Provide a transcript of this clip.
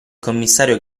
commissario